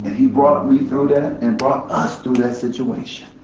he brought me through that and brought us through that situation.